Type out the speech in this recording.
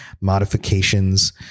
modifications